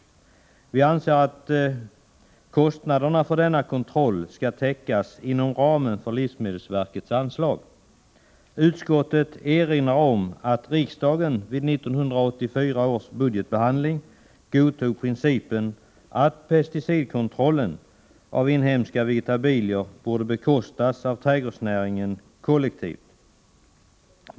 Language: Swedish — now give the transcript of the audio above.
Vi anser att kostnaderna för denna kontroll skall täckas inom ramen för livsmedelsverkets anslag. Utskottet erinrar om att riksdagen vid 1984 års budgetbehandling godtog principen att pesticidkontrollen av inhemska vegetabilier borde bekostas av trädgårdsnäringen kollektivt.